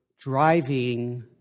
driving